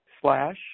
slash